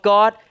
God